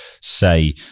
say